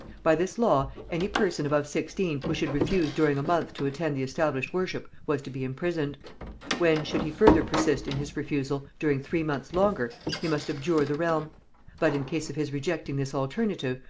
by this law, any person above sixteen who should refuse during a month to attend the established worship was to be imprisoned when, should he further persist in his refusal during three months longer, he must abjure the realm but in case of his rejecting this alternative,